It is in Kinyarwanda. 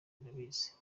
irabazi